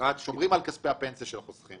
שומרים על כספי הפנסיה של החוסכים.